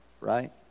right